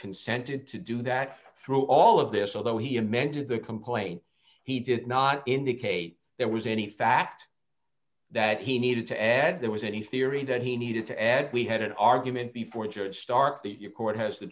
consented to do that through all of this although he amended the complaint he did not indicate there was any fact that he needed to add there was any theory that he needed to add we had an argument before injured start the court has the